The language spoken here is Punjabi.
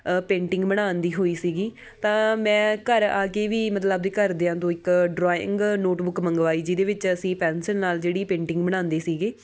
ਪੇਂਟਿੰਗ ਬਣਾਉਣ ਦੀ ਹੋਈ ਸੀਗੀ ਤਾਂ ਮੈਂ ਘਰ ਆ ਕੇ ਵੀ ਮਤਲਬ ਆਪਦੇ ਘਰਦਿਆਂ ਤੋਂ ਇੱਕ ਡੋਰਾਇੰਗ ਨੋਟਬੁੱਕ ਮੰਗਵਾਈ ਜਿਹਦੇ ਵਿੱਚ ਅਸੀਂ ਪੈਨਸਨ ਨਾਲ ਜਿਹੜੀ ਪੇਂਟਿੰਗ ਬਣਾਉਂਦੇ ਸੀਗੇ